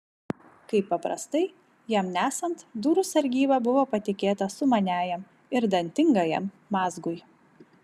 kaip paprastai jam nesant durų sargyba buvo patikėta sumaniajam ir dantingajam mazgui